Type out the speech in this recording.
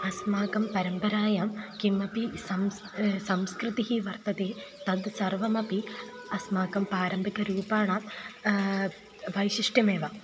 अस्माकं परम्परायां किमपि संस् संस्कृतिः वर्तते तद् सर्वमपि अस्माकं पारम्परिकरूपाणां वैशिष्ट्यमेव